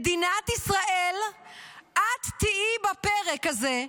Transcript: במדינת ישראל את תהיי בפרק הזה,